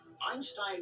Einstein